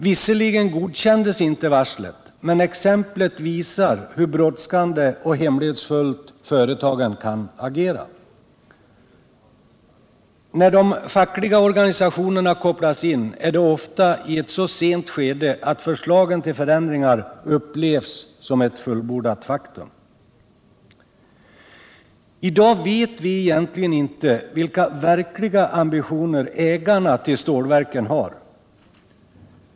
Visserligen godkändes inte varslen, men exemplet visar hur brådskande och hemlighetsfullt företagen kan agera. När de fackliga organisationerna kopplas in är det ofta i ett så sent skede att förslagen till förändringar upplevs som ett fullbordat faktum. I dag vet vi egentligen inte vilka verkliga ambitioner ägarna till stålverken har.